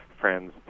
friends